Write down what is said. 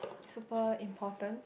super important